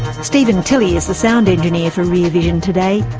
steven tilley is the sound engineer for rear vision today.